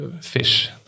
fish